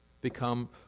become